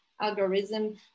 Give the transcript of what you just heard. algorithm